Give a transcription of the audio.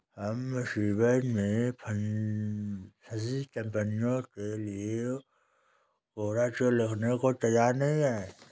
हम मुसीबत में फंसी कंपनियों के लिए कोरा चेक लिखने को तैयार नहीं हैं